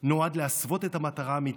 נועד להסוות את המטרה האמיתית: